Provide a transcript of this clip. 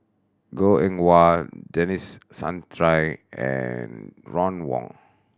Goh Eng Wah Denis Santry and Ron Wong